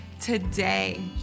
today